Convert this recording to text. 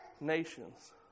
nations